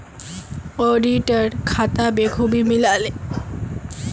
auditor खाता बखूबी मिला ले